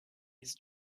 his